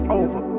over